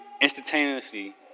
instantaneously